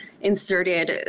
inserted